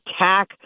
attack